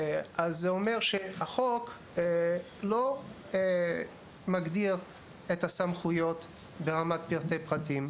החוק שם לא מגדיר את הסמכויות לפרטי פרטים,